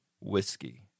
Whiskey